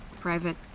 Private